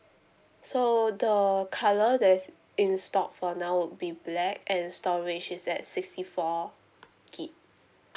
so the colour that's in stock for now would be black and storage is at sixty four gig